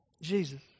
Jesus